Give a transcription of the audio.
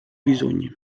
bisogni